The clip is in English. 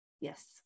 yes